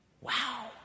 Wow